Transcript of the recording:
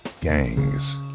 gangs